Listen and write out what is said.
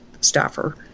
staffer